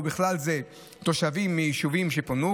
ובכלל זה תושבים מיישובים שפונו,